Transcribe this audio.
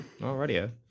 Alrighty